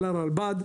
של הרלב"ד,